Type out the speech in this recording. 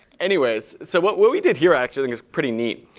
anyways, so what what we did here actually was pretty neat.